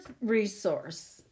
resource